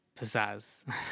pizzazz